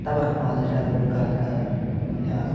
تَبَکھ مازٕچ اگر بہٕ کتھ کَرٕ یا